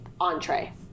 entree